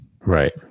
Right